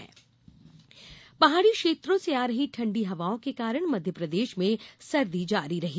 मौसम पहाड़ी क्षेत्रों से आ रही ठंडी हवाओं के कारण मध्यप्रदेष में सर्दी जारी रही